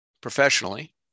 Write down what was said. professionally